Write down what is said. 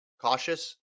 cautious